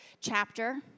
chapter